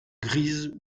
grise